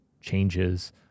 changes